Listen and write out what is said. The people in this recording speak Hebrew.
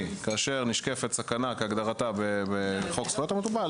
כאשר נשקפת סכנה כהגדרתה בחוק זכויות המטופל,